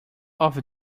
over